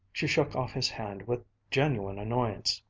she shook off his hand with genuine annoyance.